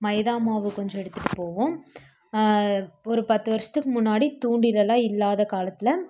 மைதா மாவு கொஞ்சம் எடுத்துகிட்டு போவோம் ஒரு பத்து வருஷத்துக்கு முன்னாடி தூண்டிலெல்லாம் இல்லாத காலத்தில்